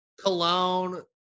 Cologne